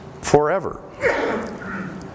forever